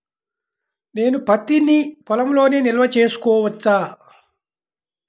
నేను పత్తి నీ పొలంలోనే నిల్వ చేసుకోవచ్చా?